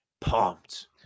pumped